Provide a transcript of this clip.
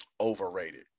overrated